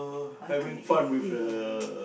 I think eating ah